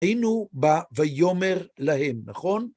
אין הוא בא ויאמר להם, נכון?